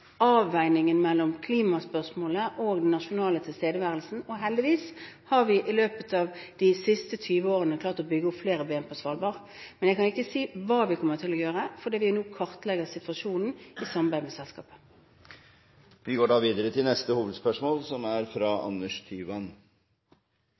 avveiningen mellom klimaspørsmålet og den nasjonale tilstedeværelsen. Heldigvis har vi i løpet av de siste 20 årene klart å bygge opp flere ben å stå på på Svalbard, men jeg kan ikke si hva vi kommer til å gjøre, fordi vi nå kartlegger situasjonen i samarbeid med selskapet. Vi går videre til neste hovedspørsmål.